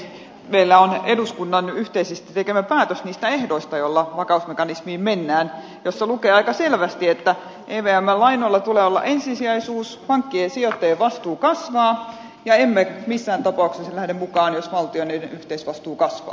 meillä on eduskunnan yhteisesti tekemä päätös niistä ehdoista joilla vakausmekanismiin mennään ja siinä lukee aika selvästi että evmn lainoilla tulee olla ensisijaisuus pankkien ja sijoittajien vastuu kasvaa ja emme missään tapauksessa lähde mukaan jos valtioiden yhteisvastuu kasvaa